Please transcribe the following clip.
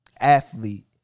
Athlete